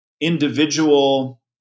individual